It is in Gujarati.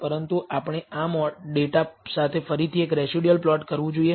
પરંતુ આપણે આ ડેટા સાથે ફરીથી એક રેસિડયુઅલ પ્લોટ કરવું જોઈએ